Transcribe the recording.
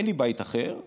אין לי בית אחר,